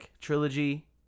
trilogy